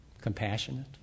compassionate